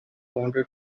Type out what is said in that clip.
wanted